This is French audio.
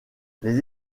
les